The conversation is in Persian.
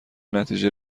نتیجه